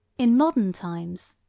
in modern times,